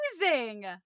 amazing